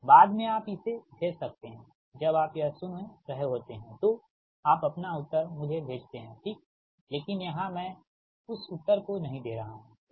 बाद में आप इसे भेज सकते हैं जब आप यह सुन रहे होते हैं तो आप अपना उत्तर मुझे भेजते हैं ठीक लेकिन यहाँ मैं उस उत्तर को नहीं दे रहा हूँ ठीक